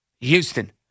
Houston